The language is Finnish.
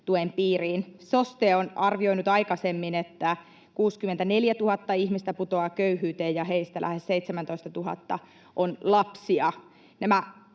piiriin. SOSTE on arvioinut aikaisemmin, että 64 000 ihmistä putoaa köyhyyteen ja heistä lähes 17 000 on lapsia.